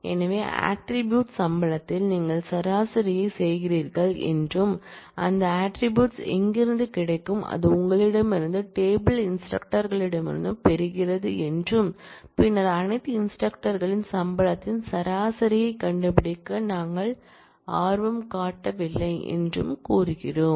எனவே ஆட்ரிபூட்ஸ் சம்பளத்தில் நீங்கள் சராசரியாகச் செய்கிறீர்கள் என்றும் அந்த ஆட்ரிபூட்ஸ் எங்கிருந்து கிடைக்கும் அது உங்களிடமிருந்து டேபிள் இன்ஸ்டிரக்டர்களிடமிருந்து பெறுகிறது என்றும் பின்னர் அனைத்து இன்ஸ்டிரக்டர்களின் சம்பளத்தின் சராசரியைக் கண்டுபிடிக்க நாங்கள் ஆர்வம் காட்டவில்லை என்றும் கூறுகிறோம்